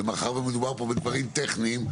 ומאחר שמדובר פה בדברים טכניים,